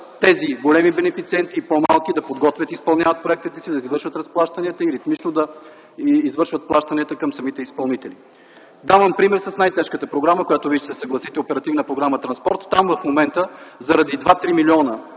и по-малки бенефициенти да могат да подготвят и изпълняват проектите си, да осъществяват разплащанията и ритмично да извършват плащанията към самите изпълнители. Давам пример с най-тежката програма, с която Вие ще се съгласите, Оперативна програма „Транспорт” - там в момента, заради отсъстващи